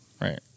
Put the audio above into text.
Right